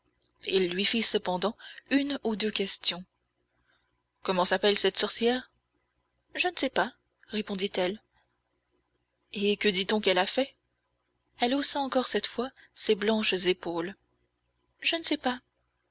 il lui fit cependant une ou deux questions comment s'appelle cette sorcière je ne sais pas répondit-elle et que dit-on qu'elle ait fait elle haussa encore cette fois ses blanches épaules je ne sais pas